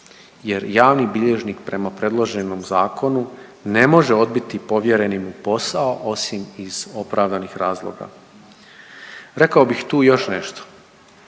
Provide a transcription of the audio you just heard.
Jer javni bilježnik prema predloženom zakonu ne može odbiti povjereni mu posao osim iz opravdanih razloga. Rekao bih tu još nešto.